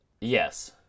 Yes